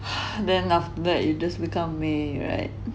then after that you just become me [right]